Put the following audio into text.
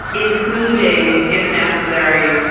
including, if necessary,